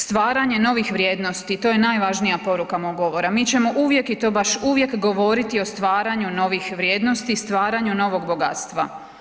Stvaranje novih vrijednosti, to je najvažnija poruka mog govora, mi ćemo uvijek i to baš uvijek govoriti o stvaranju novih vrijednosti i stvaranju novog bogatstva.